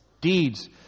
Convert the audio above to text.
Deeds